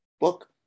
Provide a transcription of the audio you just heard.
book